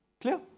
Clear